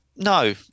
No